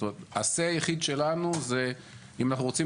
הסיי היחיד שלנו זה אם אנחנו רוצים